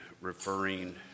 referring